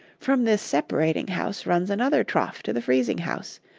from this separating-house runs another trough to the freezing-house,